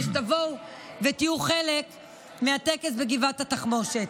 שתבואו ותהיו חלק מהטקס בגבעת התחמושת.